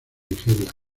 nigeria